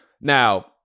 now